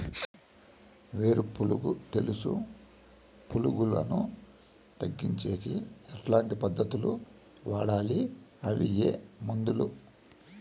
వేరు పులుగు తెలుసు పులుగులను తగ్గించేకి ఎట్లాంటి పద్ధతులు వాడాలి? అవి ఏ మందులు?